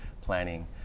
planning